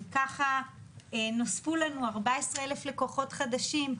וככה נוספו לנו 14,000 לקוחות חדשים,